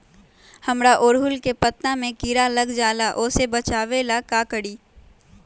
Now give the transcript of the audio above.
हमरा ओरहुल के पत्ता में किरा लग जाला वो से बचाबे ला का करी?